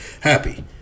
happy